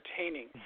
entertaining